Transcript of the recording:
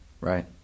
Right